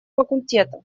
факультетов